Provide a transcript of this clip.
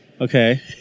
Okay